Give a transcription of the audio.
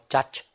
Judge